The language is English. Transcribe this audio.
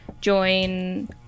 join